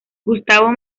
gustavo